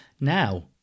Now